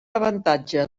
avantatge